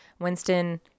Winston